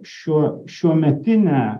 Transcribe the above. šiuo šiuometinę